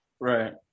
Right